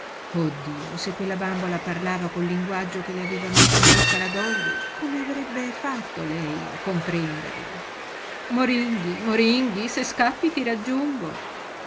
dio se quella bambola parlava col linguaggio che le aveva messo in bocca la dolly come avrebbe fatto lei a comprenderla moringhi moringhi se scappi ti raggiungo